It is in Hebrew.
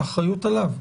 האחריות עליו.